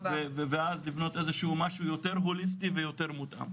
ואז לבנות איזה שהוא משהו יותר הוליסטי ויותר מותאם.